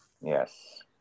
Yes